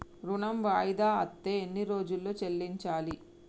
ఋణం వాయిదా అత్తే ఎన్ని రోజుల్లో చెల్లించాలి?